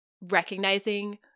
recognizing